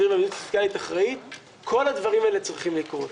כל הדברים האלה צריכים לקרות.